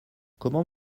comment